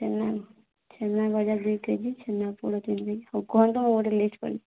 ଛେନା ଛେନା ଗଜା ଦୁଇ କେଜି ଛେନାପୋଡ଼ ତିନି କେଜି ହଉ କୁହନ୍ତୁ ମୁଁ ଗୋଟେ ଲିଷ୍ଟ୍ କରୁଛି